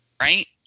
right